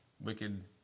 wicked